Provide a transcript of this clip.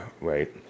right